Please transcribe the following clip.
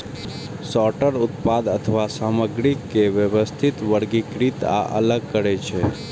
sorter उत्पाद अथवा सामग्री के व्यवस्थित, वर्गीकृत आ अलग करै छै